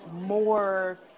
more